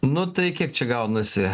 nu tai kiek čia gaunasi